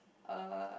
uh